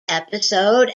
episode